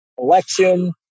election